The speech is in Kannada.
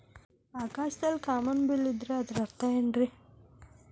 ಆಕಾಶದಲ್ಲಿ ಕಾಮನಬಿಲ್ಲಿನ ಇದ್ದರೆ ಅದರ ಅರ್ಥ ಏನ್ ರಿ?